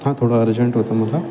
हां थोडं अर्जंट होतं मला